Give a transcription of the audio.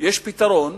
יש פתרון